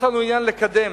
יש לנו עניין לקדם.